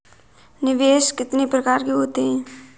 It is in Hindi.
निवेश कितने प्रकार के होते हैं?